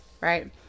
right